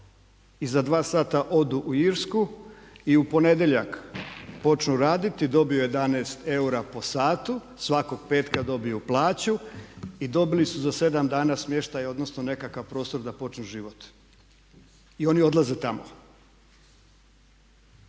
i za dva sata odu u Irsku i u ponedjeljak počnu raditi, dobiju 11 eura po satu, svakog petka dobiju plaću i dobili su za sedam dana smještaj, odnosno nekakav prostor da počnu život. I oni odlaze tamo.